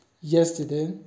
yesterday